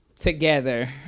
together